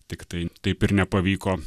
tiktai taip ir nepavyko